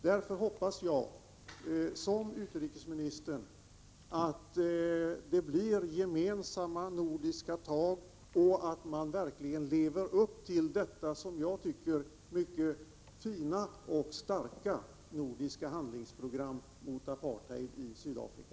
Jag hoppas, liksom utrikesministern, att det blir gemensamma nordiska tag och att man verkligen lever upp till det enligt min mening mycket fina och starka nordiska handlingsprogrammet mot apartheid i Sydafrika.